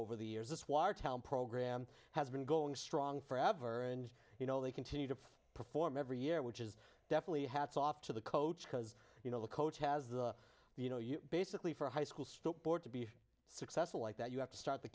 over the years this watertown program has been going strong forever and you know they continue to perform every year which is definitely hats off to the coach because you know the coach has the you know you basically for a high school board to be successful like that you have to start the